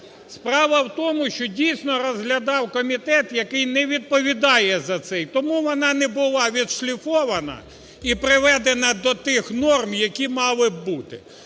справа в тому, що, дійсно, розглядав комітет, який не відповідає за це і тому вона не була відшліфована і приведена до тих норм, які мали б бути.